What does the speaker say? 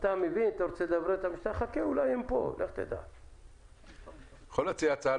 אני יכול להציע הצעה לסדר-היום?